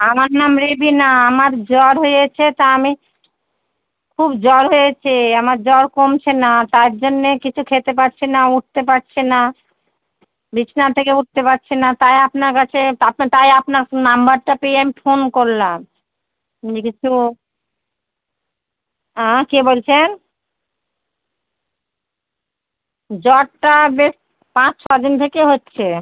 আমার নাম রেবিনা আমার জ্বর হয়েছে তা আমি খুব জ্বর হয়েছে আমার জ্বর কমছে না তার জন্যে কিছু খেতে পারছি না উঠতে পারছি না বিছানা থেকে উঠতে পারছি না তায় আপনার কাছে তা তায় আপনার নম্বরটা পেয়ে আমি ফোন করলাম দেখুন তো হ্যাঁ কে বলছেন জ্বরটা বেশ পাঁচ ছ দিন থেকে হচ্ছে